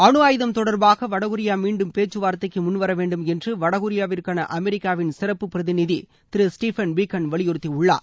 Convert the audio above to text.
அனு ஆயுதம் தொடர்பாக வடகொரியா மீன்டும் பேச்சுவார்த்தைக்கு முன்வர வேண்டும் என்று வடகொரியாவிற்கான அமெரிக்காவின் சிறப்பு பிரதிநிதி திரு ஸ்ஃபன் பீகன் வலியுறுத்தியுள்ளார்